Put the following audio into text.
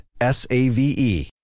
S-A-V-E